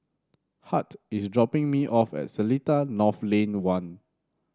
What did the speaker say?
Hart is dropping me off at Seletar North Lane One